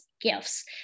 gifts